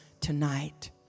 tonight